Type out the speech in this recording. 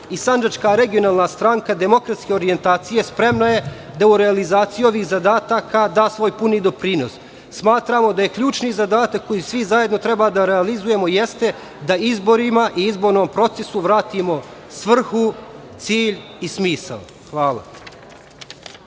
i sandžačka regionalna stranka demokratske orijentacije, spremna je da u realizaciji ovih zadataka da svoj puni doprinos. Smatramo da je ključni zadatak koji svi zajedno treba da realizujemo jeste da izborima i izbornom procesu vratimo svrhu, cilj i smisao. Hvala.